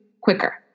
quicker